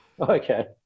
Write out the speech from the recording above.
Okay